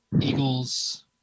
Eagles